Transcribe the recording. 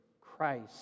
Christ